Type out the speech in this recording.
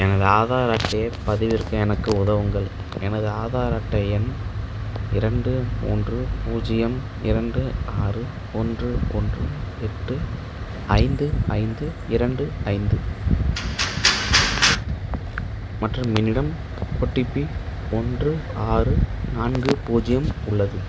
எனது ஆதார் அட்டையை பதிவிறக எனக்கு உதவுங்கள் எனது ஆதார் அட்டை எண் இரண்டு மூன்று பூஜ்ஜியம் இரண்டு ஆறு ஒன்று ஒன்று எட்டு ஐந்து ஐந்து இரண்டு ஐந்து மற்றும் என்னிடம் ஓடிபி ஒன்று ஆறு நான்கு பூஜ்ஜியம் உள்ளது